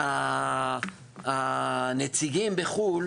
ולנציגים בחו"ל,